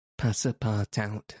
Passapartout